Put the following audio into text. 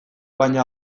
baina